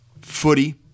footy